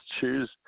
choose